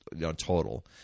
total